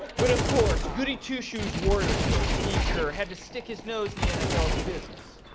but, of course, goody-two-shoes warriors coach, steve kerr, had to stick his nose in the and nfl's business.